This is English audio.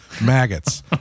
maggots